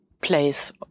place